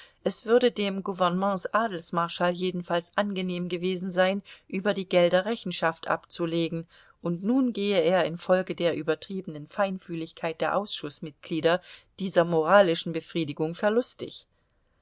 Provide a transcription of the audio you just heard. es würde dem gouvernements adelsmarschall jedenfalls angenehm gewesen sein über die gelder rechenschaft abzulegen und nun gehe er infolge der übertriebenen feinfühligkeit der ausschußmitglieder dieser moralischen befriedigung verlustig